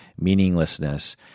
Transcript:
meaninglessness